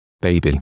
baby